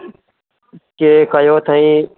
कंहिं कयो अथईं